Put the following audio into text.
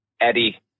Eddie